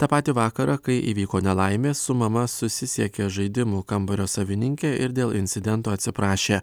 tą patį vakarą kai įvyko nelaimė su mama susisiekė žaidimų kambario savininkė ir dėl incidento atsiprašė